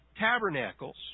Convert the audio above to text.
tabernacles